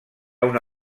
una